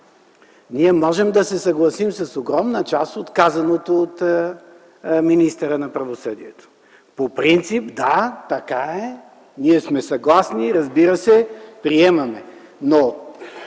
Ние можем да се съгласим с огромна част от казаното от министъра на правосъдието. По принцип – да, така е – ние сме съгласни, разбира се, приемаме,